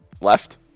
left